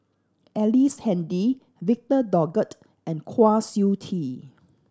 Ellice Handy Victor Doggett and Kwa Siew Tee